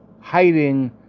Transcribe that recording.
hiding